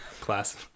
class